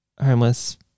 homeless